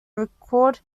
record